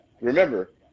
Remember